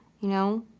you know?